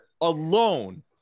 alone